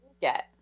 get